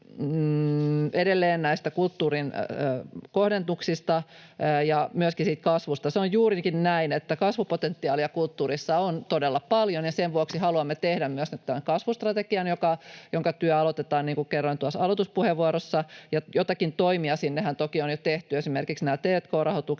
edelleen näistä kulttuurin kohdennuksista ja myöskin siitä kasvusta. Se on juurikin näin, että kasvupotentiaalia kulttuurissa on todella paljon. Sen vuoksi haluamme tehdä myös tämän kasvustrategian, jonka työ aloitetaan, niin kuin kerroin tuossa aloituspuheenvuorossa. Joitakin toimiahan sinne toki on jo tehty, esimerkiksi nämä t&k-rahoitukset,